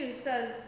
says